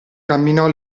camminò